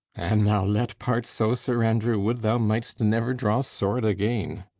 an thou let part so, sir andrew, would thou mightst never draw sword again.